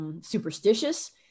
superstitious